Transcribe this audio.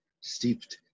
steeped